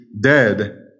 dead